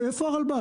מה הוא יעשה איתם?